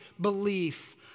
belief